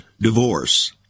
divorce